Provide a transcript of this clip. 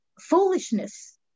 foolishness